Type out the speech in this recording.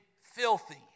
filthy